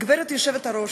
גברתי היושבת-ראש,